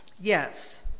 Yes